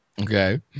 Okay